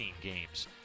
games